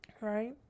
Right